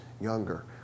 younger